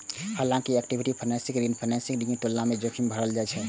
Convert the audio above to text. हालांकि equity financing ऋण financing के तुलना मे जोखिम भरल होइ छै